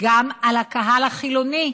גם על הקהל החילוני,